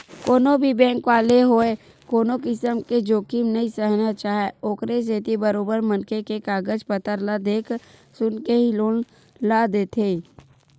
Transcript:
कोनो भी बेंक वाले होवय कोनो किसम के जोखिम नइ सहना चाहय ओखरे सेती बरोबर मनखे के कागज पतर ल देख सुनके ही लोन ल देथे